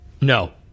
No